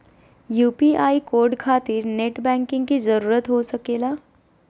UPI code खातिर net banking की जरूरत हो सके ला?